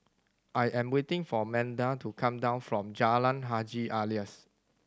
I am waiting for Manda to come down from Jalan Haji Alias